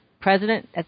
president